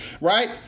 right